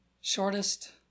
shortest